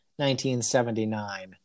1979